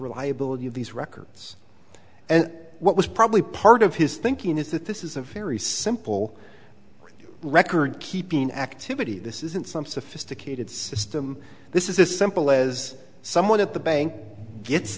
reliability of these records and what was probably part of his thinking is that this is a very simple record keeping activity this isn't some sophisticated system this is a simple as someone at the bank gets